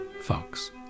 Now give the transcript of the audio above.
Fox